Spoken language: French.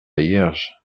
hierges